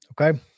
Okay